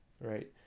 right